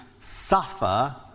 suffer